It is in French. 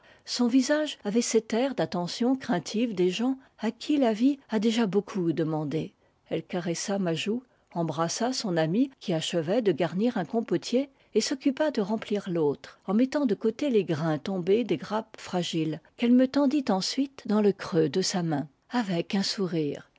son visage avait cet air d'attention craintive des gens à qui la vie a déjà beaucoup demandé elle caressa ma joue embrassa son amie qui achevait de garnir un compotier et s'occupa de remplir l'autre en mettant de côté les grains tombés des grappes fragiles qu'elle me tendit ensuite dans le creux de sa main avec un sourire